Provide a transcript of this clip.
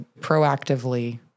proactively